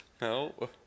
No